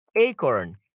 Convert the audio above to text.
acorn